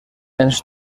ens